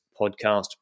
podcast